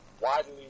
widely